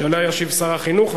שעליה ישיב שר החינוך,